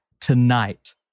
tonight